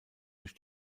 durch